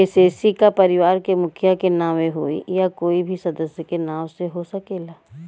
KCC का परिवार के मुखिया के नावे होई या कोई भी सदस्य के नाव से हो सकेला?